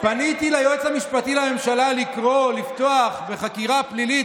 פניתי ליועץ המשפטי לממשלה לקרוא לפתוח בחקירה פלילית,